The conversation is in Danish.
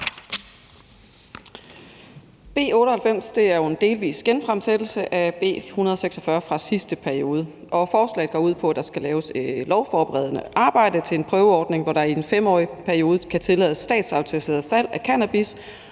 B 98 er jo en delvis genfremsættelse af B 146 fra sidste periode. Forslaget går ud på, at der skal laves lovforberedende arbejde til en prøveordning, hvor der i en 5-årig periode skal tillades statsautoriseret salg af cannabis,